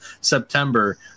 September